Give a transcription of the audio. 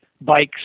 bikes